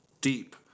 deep